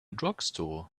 drugstore